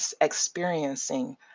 experiencing